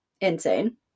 insane